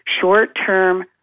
Short-term